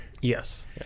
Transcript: Yes